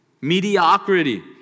Mediocrity